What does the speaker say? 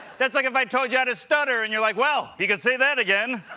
that's like fitold you how to stutter, and you're like, well, you can say that again.